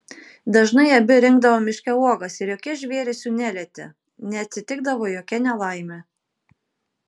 dažnai abi rinkdavo miške uogas ir jokie žvėrys jų nelietė neatsitikdavo jokia nelaimė